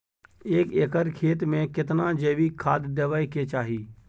एक एकर खेत मे केतना जैविक खाद देबै के चाही?